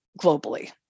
globally